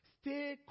Stay